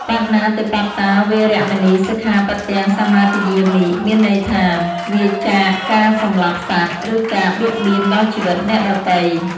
បាណាតិបាតា វេរមណី សិក្ខាបទំ សមាទិយាមិ មានន័យថា វៀរចាកការសម្លាប់សត្វ ឬការបៀតបៀនដល់ជីវិតអ្នកដទៃ។